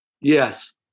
Yes